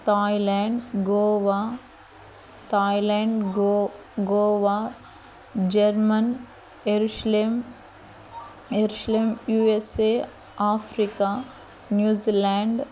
Thailand Goa Thailand గో Goa German Jerusalem Jerusalem USA Africa New Zealand